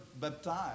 baptize